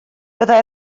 byddai